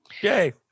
Yay